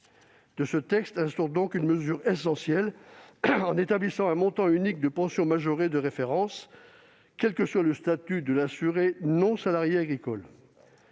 de ce texte instaure une mesure essentielle, en établissant un montant unique de pension majorée de référence, quel que soit le statut de l'assuré non salarié agricole.